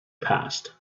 passed